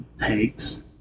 takes